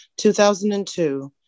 2002